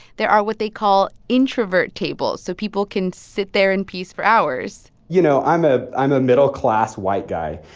there are what they call introvert tables so people can sit there in peace for hours you know, i'm ah i'm a middle-class white guy.